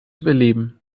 überleben